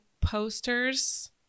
posters